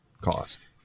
cost